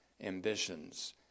ambitions